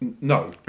No